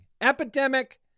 epidemic